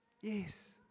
Yes